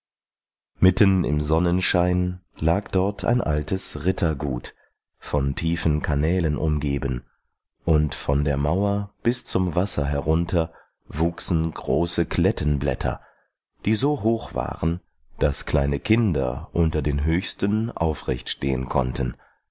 mitten im sonnenschein lag dort ein altes rittergut von tiefen kanälen umgeben und von der mauer bis zum wasser herunter wuchsen große klettenblätter die so hoch waren daß kleine kinder unter den höchsten aufrecht stehen konnten